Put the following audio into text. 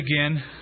again